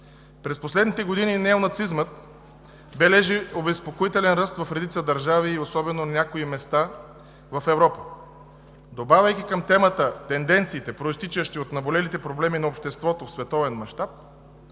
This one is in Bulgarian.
През последните години неонацизмът бележи обезпокоителен ръст в редица държави и особено на някои места в Европа. Добавяйки към темата тенденциите, произтичащи от наболелите проблеми на обществото в световен мащаб,